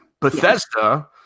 Bethesda